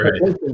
right